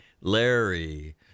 Larry